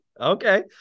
Okay